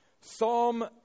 Psalm